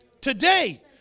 Today